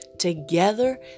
Together